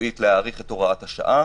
להאריך את הוראת השעה